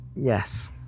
Yes